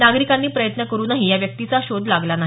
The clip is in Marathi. नागरिकांनी प्रयत्न करूनही या व्यक्तीचा शोध लागला नाही